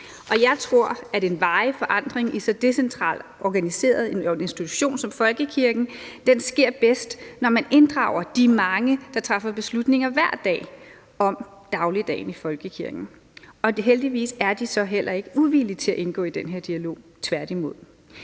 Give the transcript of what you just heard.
Jeg tror, at en varig forandring i en decentralt organiseret institution som folkekirken sker bedst, når man inddrager de mange, der hver dag træffer beslutninger om dagligdagen i folkekirken, og heldigvis er de så heller ikke uvillige til at indgå i den her dialog, tværtimod.